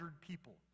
people